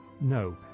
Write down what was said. No